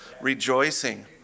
rejoicing